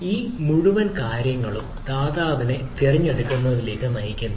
ഈ മുഴുവൻ കാര്യങ്ങളും ദാതാവിനെ തിരഞ്ഞെടുക്കുന്നതിലേക്ക് നയിക്കുന്നു